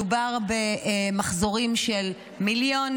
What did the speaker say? מדובר במחזורים של מיליונים.